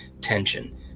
tension